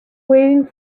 waiting